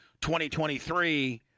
2023